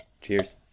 Cheers